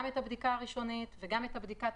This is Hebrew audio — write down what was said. את הבדיקה הראשונית וגם את הבדיקה התקופתית.